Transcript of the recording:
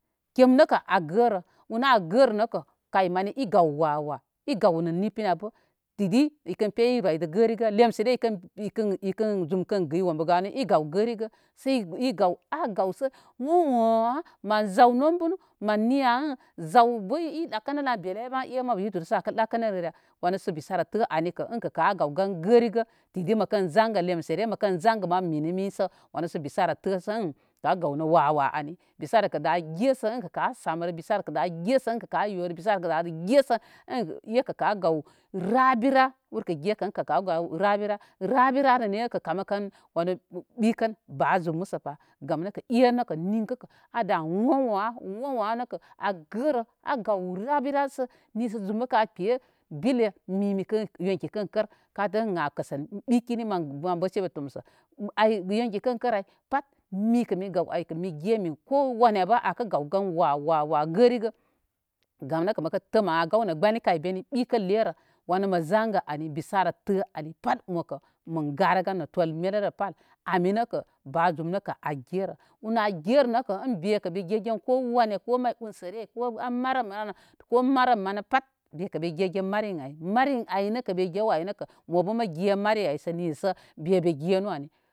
Kem nəkə a gərə. A gərə nə kə kay mani i gaw wá wá. I gaw nə nipinabə tidi ikən pəli roydə gəri gə, lemsərə ikən ikən zum kən gəy wombə gani i gaw gərigə. Sə i gaw sə a gaw mən zaw nəmbum. Mən niya zaw bə i ɗa kə ɗan belle e mabu witiru sə a re ɗa kənə gərəya? Wanəsə bisura tə anikə in kə a gaw gan gərigə diti məkən zangə nə lemsəre məkən zangə ma minə min sə wanu bisara tə inkə a gaw nə wa wa ani bisara da ge sə inkə a samrə bisara kə da ge sə inkə a yórə bisara kə da gesə inkə. ekə gə a gaw rabira urkə ge kə in kə a gaw rabira. Rabira rəre ke kama kan ɓikən ba zum musəpá gam nəkə énəkə a da kə a gərə, a gaw rabira sə nisə zum bə kə kpeye bile mi mikən yonki kən kər ka tə in a kəsən ɓikə nən mən bəsebe tomsə. Ay yonki kən kər ay pat mikə mi gaw ay kowanə bə akə gaw ganwawa wa gərigə gam nəkə məkə tə mən a gaw nə gbəni kəl beni ɓikəllərerə wunə mə zanyə ani ani bisara tə ani pat mokə garə gən nə tol mererə pa al, ba zum nəkə á gere. urnə a gere nəkə in bekə be ge gen kowana ko may unsərə ko a marəm marirə ko ma rəm mani mikə mi gegen mari in ayi mari in ay sə mi gew ay nə kə mo bə mə ge ge mari in ay nisə be be genun ay